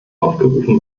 aufgerufen